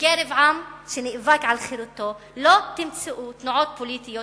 בקרב עם שנאבק על חירותו לא תמצאו תנועות פוליטיות